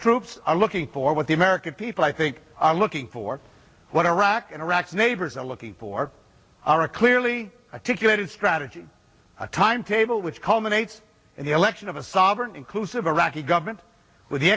troops are looking for what the american people i think are looking for what iraqi and iraq neighbors are looking for are a clearly articulated strategy a timetable which culminates in the election of a sovereign inclusive iraqi government with the